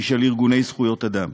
משל ארגוני זכויות אדם.